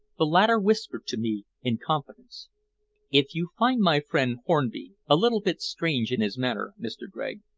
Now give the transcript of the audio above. the latter whispered to me in confidence if you find my friend hornby a little bit strange in his manner, mr. gregg,